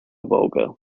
volga